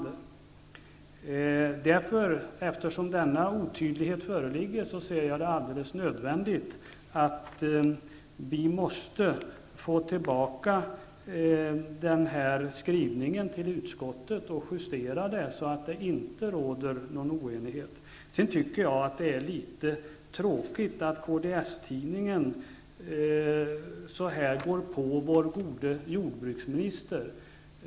Eftersom denna otydlighet förligger ser jag det som helt nödvändigt att vi måste få tillbaka den här skrivningen till utskottet och justera det, så att det inte råder någon oenighet. Jag tycker att det är litet tråkigt att kds tidning på det sättet går på vår gode jordbruksminister.